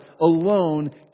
alone